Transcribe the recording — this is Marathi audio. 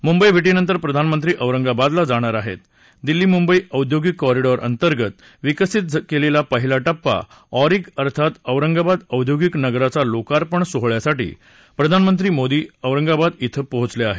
मुंबई भेटीनंतर प्रधानमंत्री औरंगाबादला जाणार आहेत दिल्ली मुंबई औद्योगिक कॉरिडॉरअंतर्गत विकसित केलेला पहिला टप्पा ऑरिक अर्थात औरंगाबाद औद्योगिक नगराचा लोकार्पण सोहळ्यासाठी प्रधानमंत्री मोदी औरंगाबाद इथं पोहचले आहेत